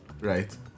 right